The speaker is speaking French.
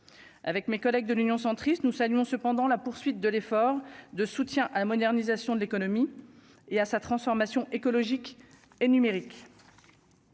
avec mes collègues de l'Union centriste nous saluons cependant la poursuite de l'effort de soutien à la modernisation de l'économie et à sa transformation écologique et numérique,